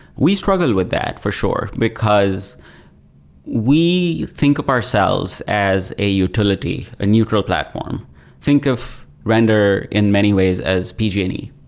we struggle with that, for sure, because we think of ourselves as a utility, a neutral platform. think of render in many ways as pg and e.